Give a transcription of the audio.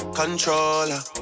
controller